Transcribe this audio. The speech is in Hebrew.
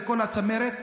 וכל הצמרת,